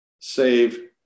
save